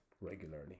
regularly